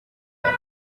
were